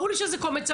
ברור לי שזה קומץ,